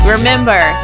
Remember